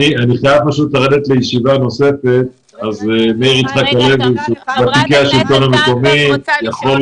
אני חייב לרדת לישיבה נוספת ובדיון הזה ישתתף